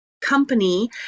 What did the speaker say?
company